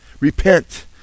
Repent